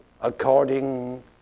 according